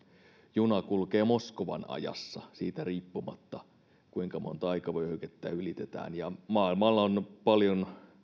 juna kulkee moskovan ajassa riippumatta siitä kuinka monta aikavyöhykettä ylitetään maailmalla on paljon